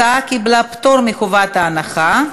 ההצעה קיבלה פטור מחובת ההנחה.